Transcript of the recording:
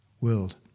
world